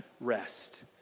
rest